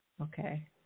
Okay